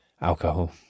alcohol